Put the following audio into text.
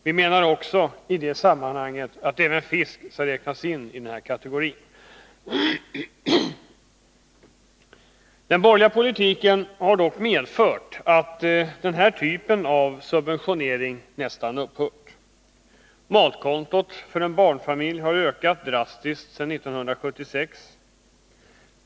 Vi menar också i det sammanhanget att även fisk skall räknas in i denna kategori. Den borgerliga politiken har dock medfört att denna typ av subventionering nästan upphört. Matkontot för en barnfamilj har ökat drastiskt sedan 1976.